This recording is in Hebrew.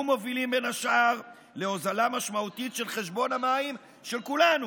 היו מובילים בין השאר להוזלה משמעותית של חשבון המים של כולנו.